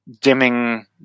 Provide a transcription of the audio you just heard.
dimming